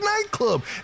nightclub